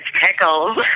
Pickles